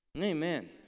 amen